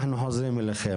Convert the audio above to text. אנחנו חוזרים אליכם.